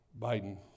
Biden